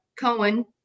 Cohen